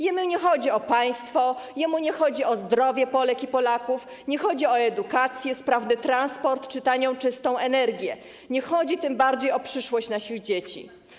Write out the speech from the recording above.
Jemu nie chodzi o państwo, jemu nie chodzi o zdrowie Polek i Polaków, nie chodzi o edukację, sprawny transport czy tanią, czystą energię, nie chodzi tym bardziej o przyszłość naszych dzieci.